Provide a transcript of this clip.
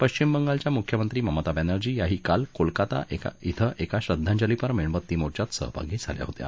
पश्चिम बंगालच्या मुख्यमंत्री ममता बॅनर्जी याही काल कोलकाता एका श्रद्धांजलीपर मेणबत्ती मोर्च्यात सहभागी झाल्या होत्या